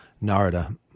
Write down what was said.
Narada